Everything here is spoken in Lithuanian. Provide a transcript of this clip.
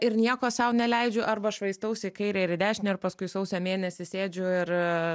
ir nieko sau neleidžiu arba švaistausi į kairę ir į dešinę ir paskui sausio mėnesį sėdžiu ir